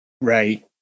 Right